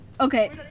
okay